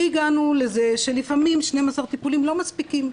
הגענו לזה שלפעמים 12 טפולים לא מספיקים,